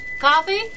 Coffee